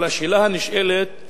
אבל השאלה הנשאלת,